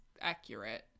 accurate